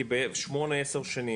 כי ב- 8-10 שנים,